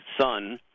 son